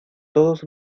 todos